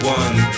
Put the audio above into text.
one